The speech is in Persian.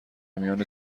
میان